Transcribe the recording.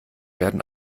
werden